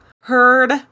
heard